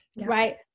right